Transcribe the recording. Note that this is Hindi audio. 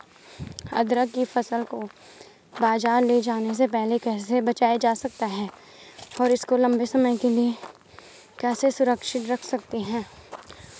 अदरक की फसल को बाज़ार ले जाने से पहले कैसे बचाया जा सकता है और इसको लंबे समय के लिए कैसे सुरक्षित रख सकते हैं?